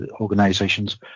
organisations